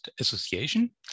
association